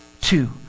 Two